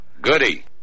Goody